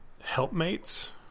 Helpmates